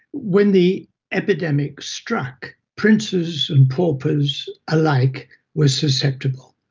when the epidemic struck, princes and paupers alike were susceptible.